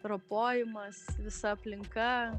ropojimas visa aplinka